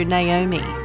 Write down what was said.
Naomi